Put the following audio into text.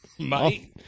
Money